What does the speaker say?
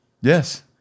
Yes